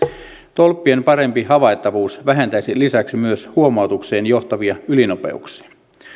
tolppien parempi havaittavuus vähentäisi lisäksi myös huomautukseen johtavia ylinopeuksia